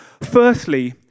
Firstly